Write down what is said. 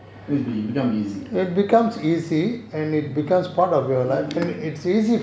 it becomes easy and it becomes part of your life and it's easy